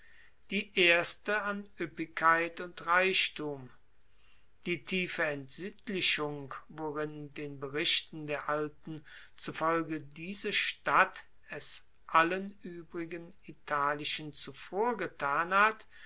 die erste an ueppigkeit und reichtum die tiefe entsittlichung worin den berichten der alten zufolge diese stadt es allen uebrigen italischen zuvorgetan hat